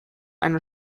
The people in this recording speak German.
eine